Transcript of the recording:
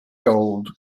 gold